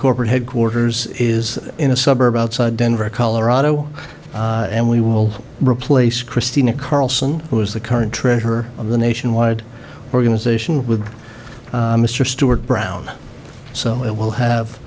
corporate headquarters is in a suburb outside denver colorado and we will replace christina carlson who is the current trend her on the nationwide organization with mr stewart brown so it will have